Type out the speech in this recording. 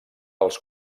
els